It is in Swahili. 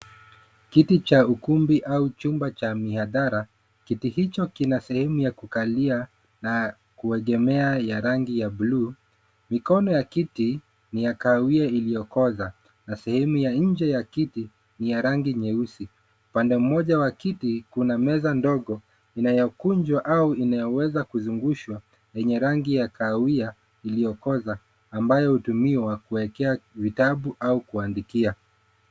Kiti cha ukumbi au chumba cha mihadhara. Kiti hicho kina sehemu ya kukalia na kuegemea ya rangi ya bluu. Mikono ya kiti ni ya kahawia iliyokoza na sehemu ya nje ya kiti, ni ya rangi nyeusi. Upande mmoja wa kiti, kuna meza ndogo inayokunjwa au inayoweza kuzungushwa, yenye rangi ya kahawia iliyokoza ambayo hutumiwa kuwekea vitabu au kuandikia.